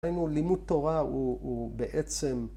‫לנו לימוד תורה הוא בעצם...